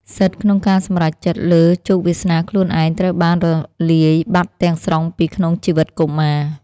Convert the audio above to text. សិទ្ធិក្នុងការសម្រេចចិត្តលើជោគវាសនាខ្លួនឯងត្រូវបានរលាយបាត់ទាំងស្រុងពីក្នុងជីវិតកុមារ។